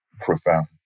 profound